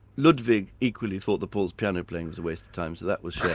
ludwig equally thought that paul's piano playing was a waste of time, so that was shared.